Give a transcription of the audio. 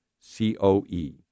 C-O-E